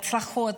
הצלחות,